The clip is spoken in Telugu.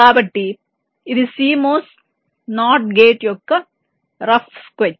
కాబట్టి ఇది CMOS NOT గేట్ యొక్క రఫ్ స్కెచ్